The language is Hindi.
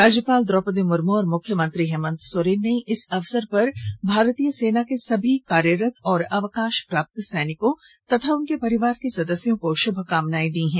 राज्यपाल द्रौपदी मुर्मू और मुख्यमंत्री हेमंत सोरेन ने इस अवसर पर भारतीय सेना के सभी कार्यरत और अवकाश प्राप्त सैनिकों और उनके परिवार के सदस्यों को शुभकामनाएं दी हैं